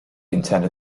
intended